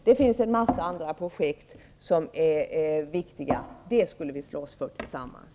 Det finns en massa andra projekt som är viktiga -- dem skulle vi slåss för tillsammans.